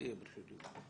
תהיה ברשות דיבור.